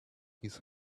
his